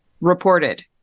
reported